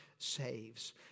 saves